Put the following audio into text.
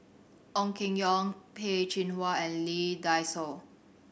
Ong Keng Yong Peh Chin Hua and Lee Dai Soh